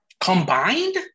Combined